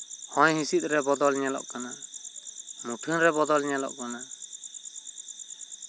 ᱦᱚᱭ ᱦᱤᱸᱥᱤᱫ ᱨᱮ ᱵᱚᱫᱚᱞ ᱧᱮᱞᱚᱜ ᱠᱟᱱᱟ ᱢᱩᱴᱷᱟ ᱱ ᱨᱮ ᱵᱚᱫᱚᱞ ᱧᱮᱞᱚᱜ ᱠᱟᱱᱟ